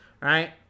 right